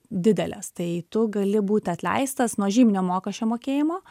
didelės tai tu gali būti atleistas nuo žyminio mokesčio mokėjimo